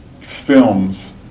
films